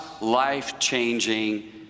life-changing